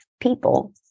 people